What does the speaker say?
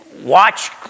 watch